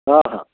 हा हा